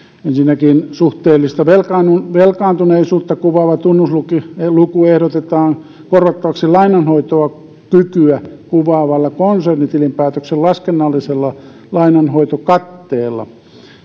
ensinnäkin suhteellista velkaantuneisuutta kuvaava tunnusluku ehdotetaan korvattavaksi lainanhoitokykyä kuvaavalla konsernitilinpäätöksen laskennallisella lainanhoitokatteella